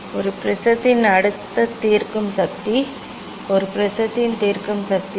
ஒரு ப்ரிஸத்தின் அடுத்த தீர்க்கும் சக்தி ஒரு ப்ரிஸத்தின் தீர்க்கும் சக்தி என்ன